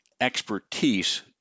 expertise